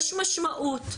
יש משמעות,